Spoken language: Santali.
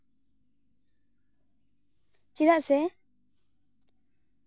ᱪᱮᱫᱟᱜ ᱥᱮ